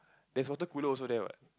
there's water cooler also there what